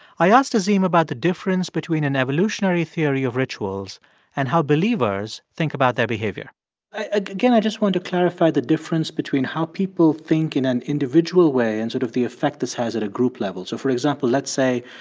i asked azim about the difference between an evolutionary theory of rituals and how believers think about their behavior again, i just want to clarify the difference between how people think in an individual way and sort of the effect this has at a group level. so for example, let's say